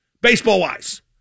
baseball-wise